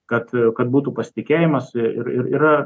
kad kad būtų pasitikėjimas ir ir ir yra